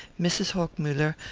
mrs. hochmuller,